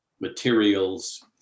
materials